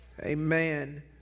Amen